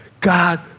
God